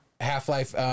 half-life